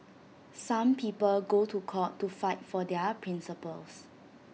some people go to court to fight for their principles